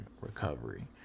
recovery